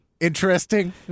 Interesting